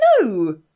no